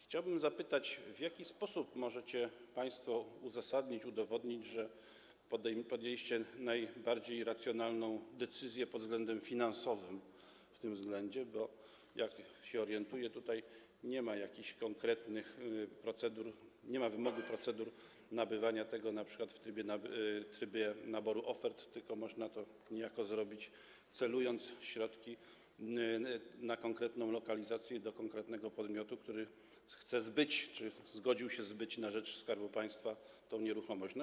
Chciałbym zapytać, w jaki sposób możecie państwo uzasadnić, udowodnić, że podjęliście w tym względzie najbardziej racjonalną pod względem finansowym decyzję, bo jak się orientuję, tutaj nie ma jakichś konkretnych procedur, nie ma wymogu procedur nabywania tego np. w trybie naboru ofert, tylko można to niejako zrobić, kierując środki na konkretną lokalizację, do konkretnego podmiotu, który chce zbyć czy zgodził się zbyć na rzecz Skarbu Państwa tę nieruchomość.